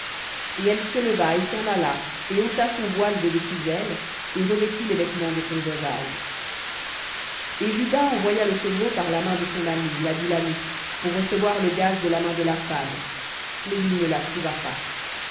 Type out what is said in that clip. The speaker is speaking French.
et elle se leva et s'en alla et ôta son voile de dessus elle et revêtit les vêtements de son veuvage et juda envoya le chevreau par la main de son ami l'adullamite pour recevoir le gage de la main de la femme mais il ne la trouva pas